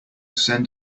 send